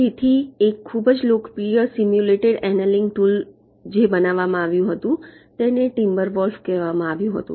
તેથી એક ખૂબ જ લોકપ્રિય સિમ્યુલેટેડ એનેલીંગ ટૂલ જે બનાવવામાં આવ્યું હતું તેને ટિમ્બરવોલ્ફ કહેવામાં આવતું હતું